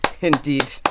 Indeed